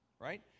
Right